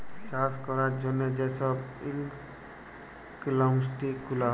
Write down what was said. চাষ ক্যরার জ্যনহে যে ছব ইকলমিক্স গুলা হ্যয়